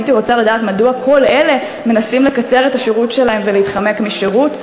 הייתי רוצה לדעת מדוע כל אלה מנסים לקצר את השירות שלהם ולהתחמק משירות,